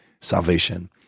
salvation